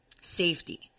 safety